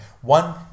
one